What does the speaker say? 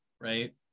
Right